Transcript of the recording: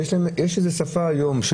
יש שפה של